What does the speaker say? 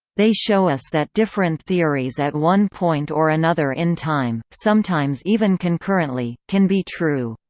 they show us that different theories at one point or another in time, sometimes even concurrently, can be true.